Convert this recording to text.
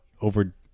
over